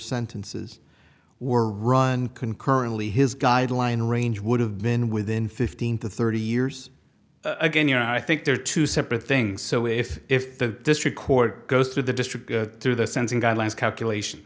sentences were run concurrently his guideline range would have been within fifteen to thirty years again you know i think there are two separate things so if if the district court goes through the district through the sensing guidelines calculation